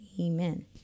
Amen